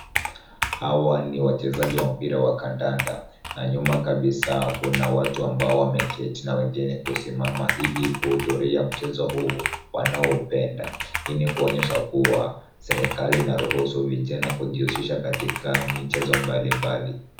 Hawa ni wachezaji wa mpira wa kandanda, na nyuma kabisa kuna watu ambao wameketi, na wengine kusimama ili kudhuria mchezo huu wanaopenda. Hii ni kuonyesha kuwa serikali ina ruhusu vijana kujihusisha katika michezo mbalimbali.